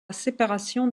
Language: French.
séparation